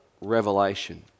Revelation